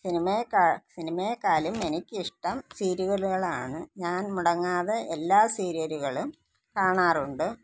സിനിമയേക്ക സിനിമയേക്കാളും എനിക്കിഷ്ടം സീരിയലുകളാണ് ഞാൻ മുടങ്ങാതെ എല്ലാ സീരിയലുകളും കാണാറുണ്ട്